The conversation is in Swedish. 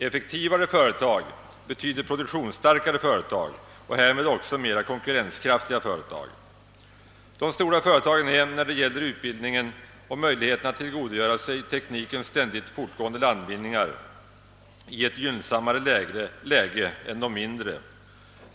Effektiva företag betyder produktionsstarkare företag och därmed också mera konkurrenskraftiga företag. De stora företagen är, när det gäller utbildning och möjlighet att tillgodogöra sig teknikens ständigt fortgående landvinningar, i ett gynnsammare läge än de mindre.